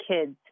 kids